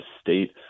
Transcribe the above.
state